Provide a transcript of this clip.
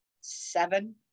seven